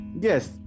Yes